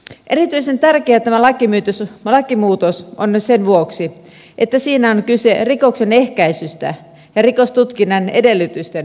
erityisen tärkeä tämä lakimuutos on sen vuoksi että siinä on kyse rikoksen ehkäisystä ja rikostutkinnan edellytysten parantamisesta